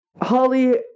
Holly